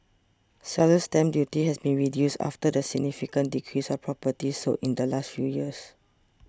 seller's stamp duty has been reduced after the significant decrease of properties sold in the last few years